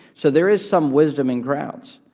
so there is some wisdom in crowds.